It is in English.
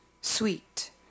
Sweet